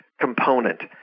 component